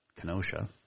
Kenosha